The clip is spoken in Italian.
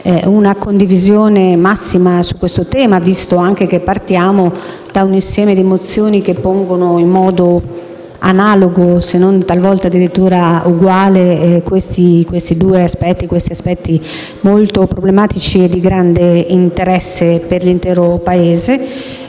una condivisione massima sul tema, visto che partiamo da un insieme di mozioni che pongono in modo analogo, se non talvolta addirittura uguale, questi aspetti molto problematici e di grande interesse per l'intero Paese.